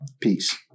Peace